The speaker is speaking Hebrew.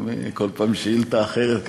כל פעם עם שאילתה אחרת.